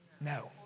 No